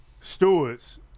Stewards